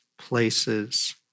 Places